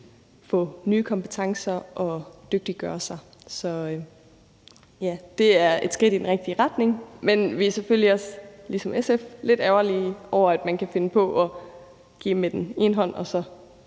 få nye kompetencer og dygtiggøre sig. Så det er et skridt i den rigtige retning. Men vi er selvfølgelig også ligesom SF lidt ærgerlige over, at man kan finde på at give med den ene hånd og så